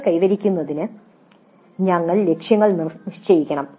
കൾ കൈവരിക്കുന്നതിന് ഞങ്ങൾ ലക്ഷ്യങ്ങൾ നിശ്ചയിക്കണം